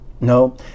No